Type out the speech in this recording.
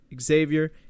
Xavier